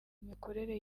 imikorere